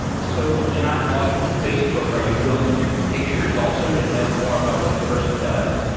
so when i log in with facebook, are you going through the pictures also to know more about what the person does?